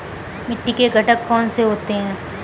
मिट्टी के घटक कौन से होते हैं?